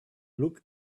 look